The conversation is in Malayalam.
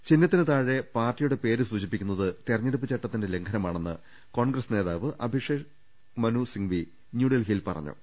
ചിഹ്നത്തിന് താഴെ പാർട്ടിയുടെ പേര് സൂചിപ്പിക്കുന്നത് തെരഞ്ഞെ ടുപ്പ് ചട്ടത്തിന്റെ ലംഘനമാണെന്ന് കോൺഗ്രസ് നേതാവ് അഭിഷേക് മനു സിങ്വി ന്യൂഡൽഹിയിൽ പറഞ്ഞു